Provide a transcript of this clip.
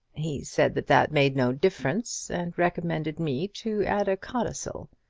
he said that that made no difference, and recommended me to add a codicil.